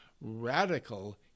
radical